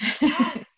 yes